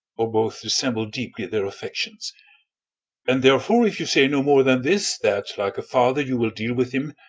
or both dissemble deeply their affections and therefore, if you say no more than this, that like a father you will deal with him,